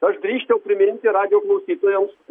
aš drįsčiau priminti radijo klausytojams